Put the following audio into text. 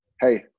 hey